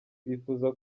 twifuza